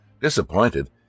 disappointed